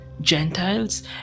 Gentiles